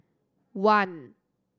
one